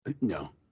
No